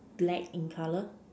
black in colour